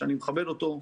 שאני מכבד אותו,